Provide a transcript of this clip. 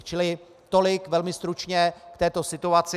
Čili tolik velmi stručně k této situaci.